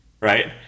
right